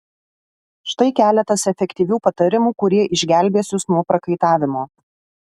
štai keletas efektyvių patarimų kurie išgelbės jus nuo prakaitavimo